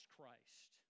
Christ